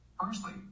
Firstly